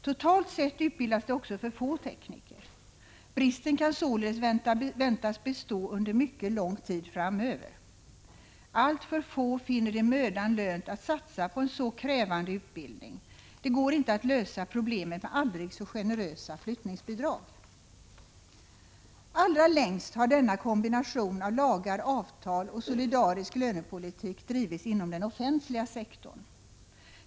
Totalt sett utbildas det också för få tekniker. Bristen kan således väntas bestå under mycket lång tid framöver. Alltför få finner det mödan lönt att satsa på en så krävande utbildning. Det går inte att lösa problemet med aldrig så generösa flyttningsbidrag. Allra längst har denna kombination av lagar, avtal och solidarisk lönepolitik drivits inom den offentliga sektorn.